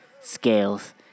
scales